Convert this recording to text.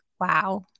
Wow